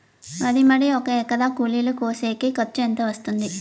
వరి మడి ఒక ఎకరా కూలీలు కోసేకి ఖర్చు ఎంత వస్తుంది?